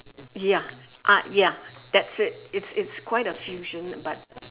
ya ah ya that's it it's it's quite a fusion but